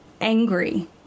angry